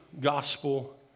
gospel